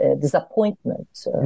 disappointment